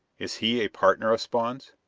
is he a partner of spawn's?